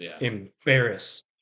embarrass